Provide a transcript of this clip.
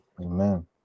Amen